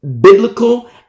biblical